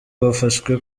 bafashwe